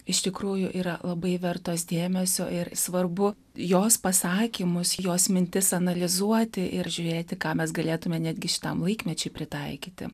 iš tikrųjų yra labai vertos dėmesio ir svarbu jos pasakymus jos mintis analizuoti ir žiūrėti ką mes galėtume netgi šitam laikmečiui pritaikyti